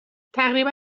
تقریبا